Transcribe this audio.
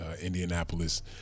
Indianapolis